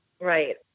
Right